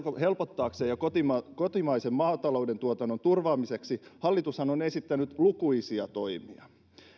helpottaakseen ja kotimaisen kotimaisen maatalouden tuotannon turvaamiseksi esittänyt lukuisia toimia